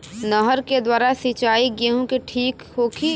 नहर के द्वारा सिंचाई गेहूँ के ठीक होखि?